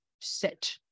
set